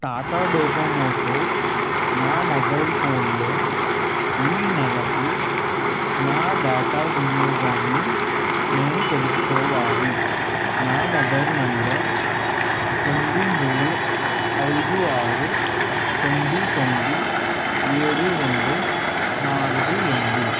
టాటా డొకోమోతో నా మొబైల్ ఫోన్లో ఈ నెలకు నా డేటా వినియోగాన్ని నేను తెలుసుకోవాలి నా మొబైల్ నెంబర్ తొమ్మిది మూడు ఐదు ఆరు తొమ్మిది తొమ్మిది ఏడు రెండు నాలుగు ఎనిమిది